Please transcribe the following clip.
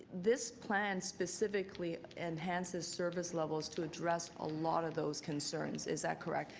this plan specifically enhances service levels to address a lot of those concerns, is that correct?